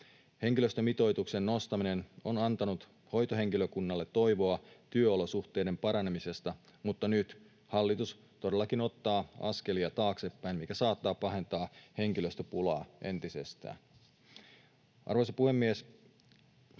Henkilöstömitoituksen nostaminen on antanut hoitohenkilökunnalle toivoa työolosuhteiden paranemisesta, mutta nyt hallitus todellakin ottaa askelia taaksepäin, mikä saattaa pahentaa henkilöstöpulaa entisestään. Arvoisa puhemies!